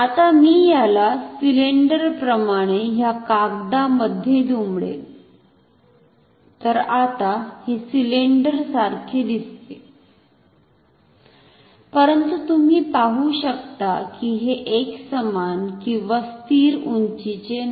आता मी याला सिलेंडर प्रमाणे ह्या कागदामध्ये दुमडेल तर आता हे सिलिंडर सारखे दिसते परंतु तुम्ही पाहु शकता की हे एकसमान किंवा स्थिर उंचीचे नाही